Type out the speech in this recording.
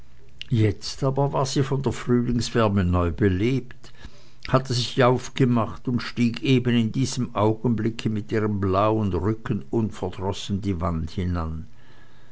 jetzt aber war sie von der frühlingswärme neu belebt hatte sich aufgemacht und stieg eben in diesem augenblicke mit ihrem blauen rücken unverdrossen die wand hinan